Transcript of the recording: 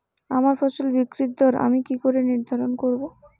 আমার ফসল বিক্রির দর আমি কি করে নির্ধারন করব?